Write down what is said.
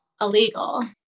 illegal